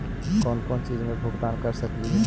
कौन कौन चिज के भुगतान कर सकली हे?